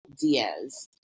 Diaz